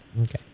okay